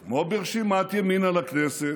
בדיוק כמו ברשימת ימינה בכנסת,